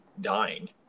dying